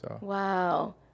Wow